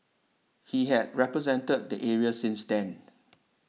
he had represented the area since then